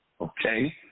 Okay